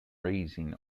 raising